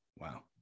Wow